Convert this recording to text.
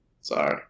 Sorry